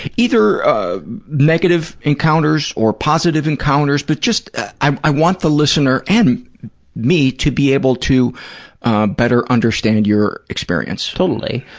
either ah negative encounters or positive encounters, but just, i want the listener, and me, to be able to better understand your experience. totally.